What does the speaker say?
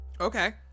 Okay